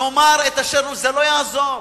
זה לא יעזור.